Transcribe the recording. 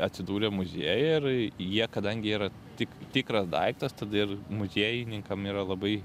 atsidūrė muziejuje ir jie kadangi yra tik tikras daiktas tada ir muziejininkam yra labai